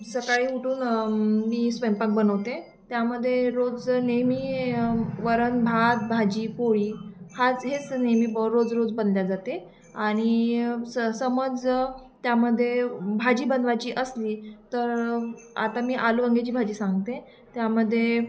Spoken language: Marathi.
सकाळी उठून मी स्वयंपाक बनवते त्यामदे रोज नेहमी वरण भात भाजी पोळी हाच हेच नेहमी ब रोज ररोज बनल्या जाते आणि स समज त्यामध्ये भाजी बनवायची असली तर आता मी आलू वांगेची भाजी सांगते त्यामध्ये